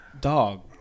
dog